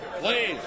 Please